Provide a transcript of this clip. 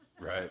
Right